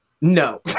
No